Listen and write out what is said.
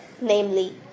namely